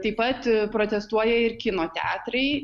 taip pat protestuoja ir kino teatrai